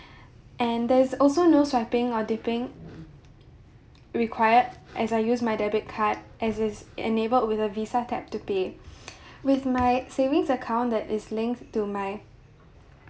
and there is also no swiping or dipping required as I use my debit card as it's enabled with a Visa tap to pay with my savings account that is linked to my